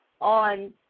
on